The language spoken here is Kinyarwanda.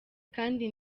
kandi